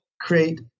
create